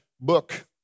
book